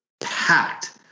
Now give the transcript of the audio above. packed